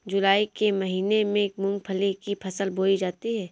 जूलाई के महीने में मूंगफली की फसल बोई जाती है